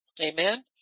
Amen